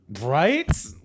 Right